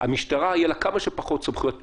למשטרה יהיו כמה שפחות סמכויות פיקוח,